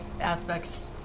aspects